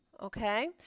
Okay